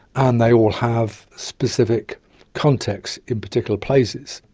and they all have specific contexts in particular places.